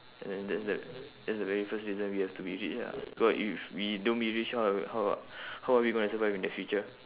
and then that's the that's the very first reason we have to be rich ah cause if we don't be rich how how how are we going to survive in the future